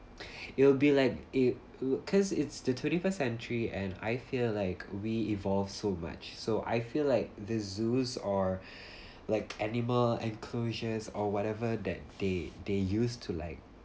it'll be like it uh cause it's the twenty first century and I feel like we if fall so much so I feel like the zoos are like animal enclosures or whatever that they they used to like